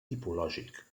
tipològic